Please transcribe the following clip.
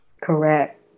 Correct